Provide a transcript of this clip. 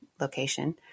location